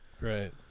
Right